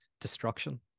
destruction